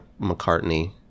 McCartney